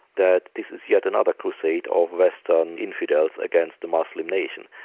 that this is yet another crusade of western infidels against the muslim nation.